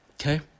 Okay